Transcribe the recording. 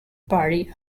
party